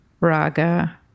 raga